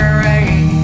rain